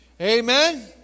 Amen